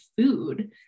food